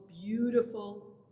beautiful